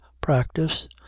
practice